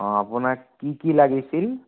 অ' আপোনাক কি কি লাগিছিল